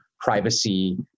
privacy